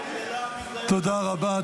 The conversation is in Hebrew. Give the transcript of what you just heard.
תודה רבה.